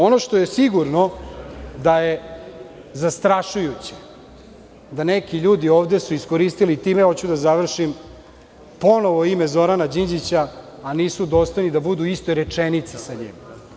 Ono što je sigurno, to je da je zastrašujuće da neki ljudi ovde su iskoristili, time hoću da završim, ponovo ime Zorana Đinđića, a nisu dostojni da budu u istoj rečenici sa njim.